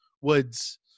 woods